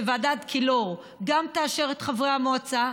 שוועדת גילאור גם תאשר את חברי המועצה.